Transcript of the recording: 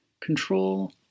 control